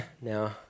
Now